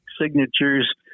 signatures